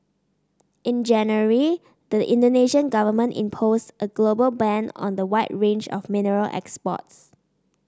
in January the Indonesian Government imposed a global ban on the wide range of mineral exports